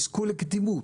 יזכו לקדימות.